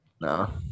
No